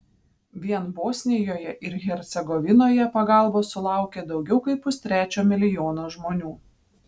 vien bosnijoje ir hercegovinoje pagalbos sulaukė daugiau kaip pustrečio milijono žmonių